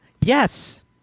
yes